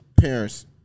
parents